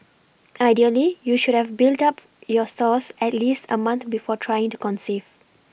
ideally you should have built up your stores at least a month before trying to conceive